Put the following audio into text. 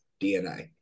dna